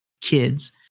kids